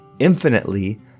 infinitely